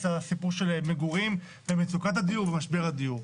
לסיפור של מגורים ומצוקת הדיור ומשבר הדיור.